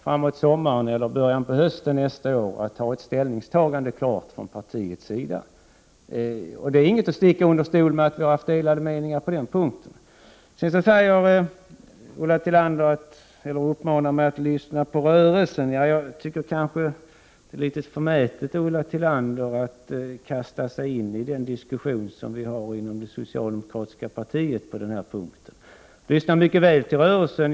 Framemot sommaren eller i början av nästa höst kommer vi att kunna visa på ett ställningstagande från partiets sida. Vi sticker alltså inte under stol med att det har rått delade meningar på denna punkt. Vidare uppmanar Ulla Tillander mig att lyssna på rörelsen. Då vill jag säga att jag nog tycker att det är litet förmätet av Ulla Tillander att kasta sig in i den diskussion som vi inom det socialdemokratiska partiet för på den här punkten. Jag lyssnar mycket noga på rörelsen.